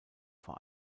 vor